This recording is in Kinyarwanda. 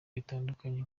bitandukanye